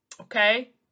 Okay